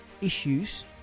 issues